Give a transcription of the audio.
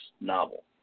novel